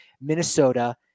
Minnesota